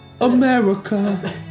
America